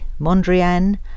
Mondrian